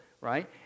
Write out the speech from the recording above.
right